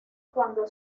cuando